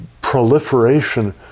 proliferation